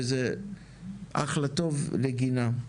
זה אחלה טוב לגינה.